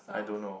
I don't know